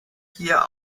hier